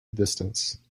distance